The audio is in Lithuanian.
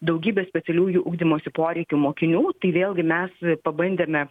daugybė specialiųjų ugdymosi poreikių mokinių tai vėlgi mes pabandėme